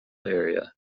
area